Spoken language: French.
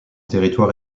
territoire